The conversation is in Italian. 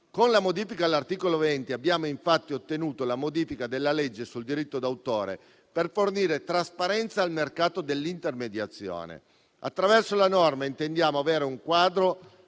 Con la modifica all'articolo 20 abbiamo infatti ottenuto la modifica della legge sul diritto d'autore per fornire trasparenza al mercato dell'intermediazione. Attraverso la norma intendiamo avere un quadro